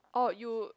or you